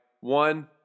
one